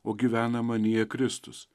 o gyvena manyje kristus